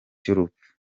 cy’urupfu